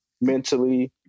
mentally